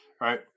Right